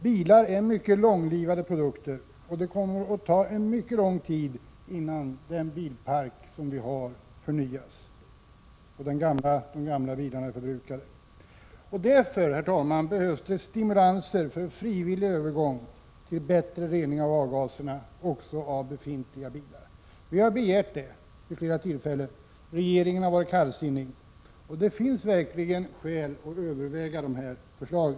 Bilar är mycket långlivade produkter. Det kommer att ta mycket lång tid innan den bilpark som vi har förnyas och de gamla bilarna är förbrukade. Därför, herr talman, behövs det stimulanser för en frivillig övergång till bättre rening av avgaserna också från befintliga bilar. Det har vi begärt vid flera tillfällen. Regeringen har varit kallsinnig. Det finns verkligen skäl att överväga dessa förslag.